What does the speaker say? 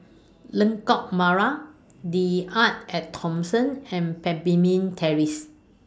Lengkok Merak The Arte At Thomson and Terrace